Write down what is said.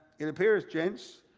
it appears, gents,